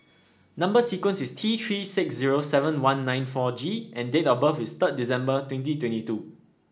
number sequence is T Three six zero seven one nine four G and date of birth is third December twenty twenty two